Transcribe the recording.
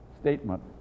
statement